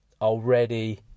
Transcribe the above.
already